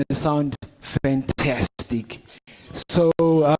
ah sound fantastic so